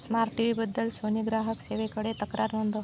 smart T व्हीबद्दल Sony ग्राहक सेवेकडे तक्रार नोंदव